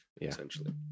essentially